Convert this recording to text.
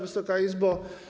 Wysoka Izbo!